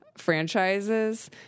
franchises